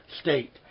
state